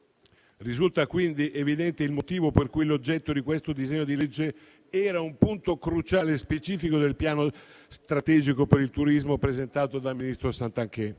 Risulta quindi evidente il motivo per cui l'oggetto di questo disegno di legge era un punto cruciale e specifico del piano strategico per il turismo presentato dal ministro Garnero